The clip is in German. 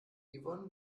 yvonne